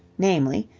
namely,